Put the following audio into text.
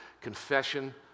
confession